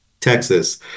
Texas